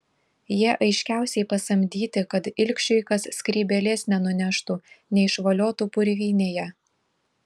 jie aiškiausiai pasamdyti kad ilgšiui kas skrybėlės nenuneštų neišvoliotų purvynėje